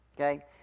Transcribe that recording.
okay